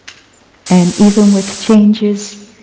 and even with changes,